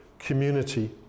community